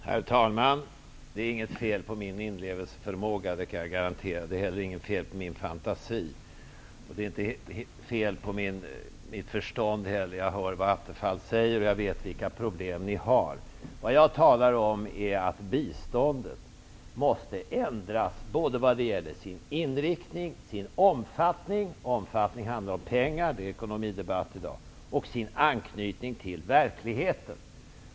Herr talman! Det är inget fel på min inlevelseförmåga, det kan jag garantera. Det är inte heller något fel på min fantasi. Det är inte heller något fel på mitt förstånd. Jag hör vad Attefall säger, och jag vet vilka problem ni har. Vad jag talar om är att biståndet måste ändras när det gäller inriktningen och omfattningen. Omfattningen handlar om pengar, och det är ekonomidebatt i dag. Biståndet måste också ändras beträffande anknytningen till verkligheten.